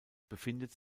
befindet